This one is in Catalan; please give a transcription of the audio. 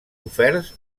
oferts